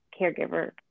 caregiver